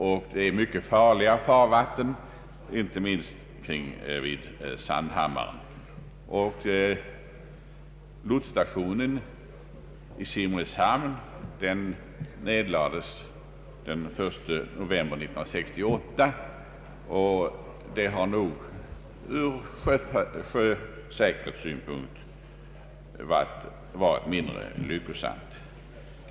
Det är här mycket farliga farvatten, inte minst vid Sandhammaren. Lotsstationen i Simrishamn nedlades ju den 1 november 1968, något som nog från sjösäkerhetssynpunkt varit mindre lyckligt.